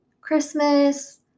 Christmas